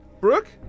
Brooke